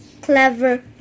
Clever